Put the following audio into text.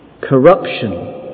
corruption